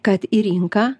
kad į rinką